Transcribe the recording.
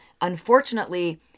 Unfortunately